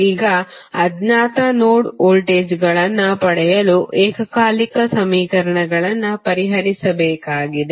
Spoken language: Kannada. ಈಗ ಅಜ್ಞಾತ ನೋಡ್ ವೋಲ್ಟೇಜ್ಗಳನ್ನು ಪಡೆಯಲು ಏಕಕಾಲಿಕ ಸಮೀಕರಣಗಳನ್ನು ಪರಿಹರಿಸಬೇಕಾಗಿದೆ